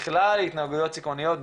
בכלל התנהגויות סיכוניות.